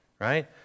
Right